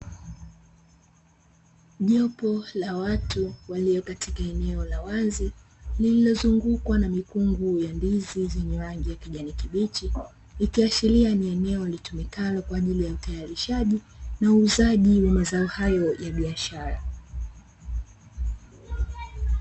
Jopo la watu walio katika eneo la wazi, lililozungukwa na mikungu ya ndizi zenye rangi ya kijani kibichi, ikiashiria ni eneo litumikalo kwa ajili ya utayaishaji na uuzaji wa mazao hayo ya biashara.